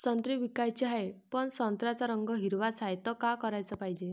संत्रे विकाचे हाये, पन संत्र्याचा रंग हिरवाच हाये, त का कराच पायजे?